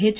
H